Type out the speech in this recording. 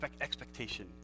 expectation